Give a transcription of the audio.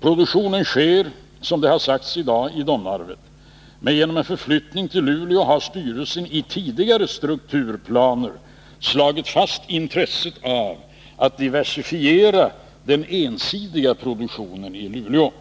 Produktionen sker, som sagts, i dag vid Domnarvet, men genom en förflyttning till Luleå har styrelsen i tidigare strukturplaner slagit fast intresset av att diversifiera den ensidiga produktionen i Luleå.